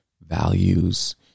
values